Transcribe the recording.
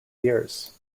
years